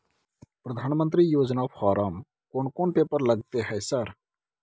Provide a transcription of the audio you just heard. प्रधानमंत्री योजना फारम कोन कोन पेपर लगतै है सर?